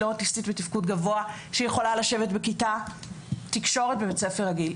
היא לא אוטיסטית בתפקוד גבוה שיכולה לשבת בכיתת תקשורת בבית ספר רגיל.